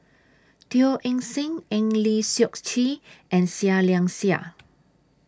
Teo Eng Seng Eng Lee Seok Chee and Seah Liang Seah